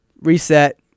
reset